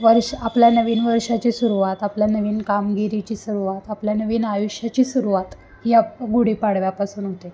वर्ष आपल्या नवीन वर्षाची सुरवात आपल्या नवीन कामगिरीची सुरवात आपल्या नवीन आयुष्याची सुरवात या गुढीपाडव्यापासून होते